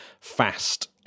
fast